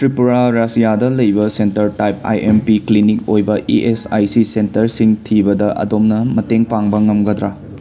ꯇ꯭ꯔꯤꯄꯨꯔꯥ ꯔꯥꯏꯖ꯭ꯌꯗ ꯂꯩꯕ centre type I M P clinic ꯑꯣꯏꯕ ꯏ ꯑꯦꯁ ꯑꯥꯏ ꯁꯤ ꯁꯦꯟꯇꯔꯁꯤꯡ ꯊꯤꯕꯗ ꯑꯗꯣꯝꯅ ꯃꯇꯦꯡ ꯄꯥꯡꯕ ꯉꯝꯒꯗ꯭ꯔꯥ